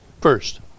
First